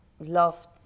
love